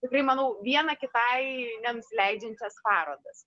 tikrai manau vieną kitai nenusileidžiančias parodas